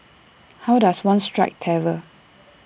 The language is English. how does one strike terror